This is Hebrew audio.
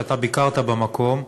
שאתה ביקרת במקום,